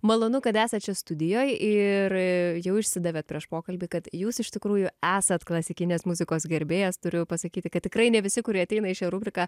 malonu kad esat čia studijoj ir jau išsidavėt prieš pokalbį kad jūs iš tikrųjų esat klasikinės muzikos gerbėjas turiu pasakyti kad tikrai ne visi kurie ateina į šią rubriką